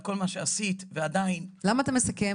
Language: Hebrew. על כל מה שעשית ועדיין --- למה אתה מסכם?